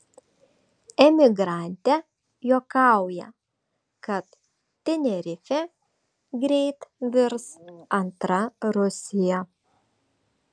emigrantė juokauja kad tenerifė greit virs antra rusija